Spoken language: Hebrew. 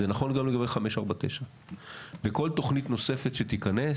זה נכון גם לגבי 549. וכל תוכנית נוספת שתיכנס,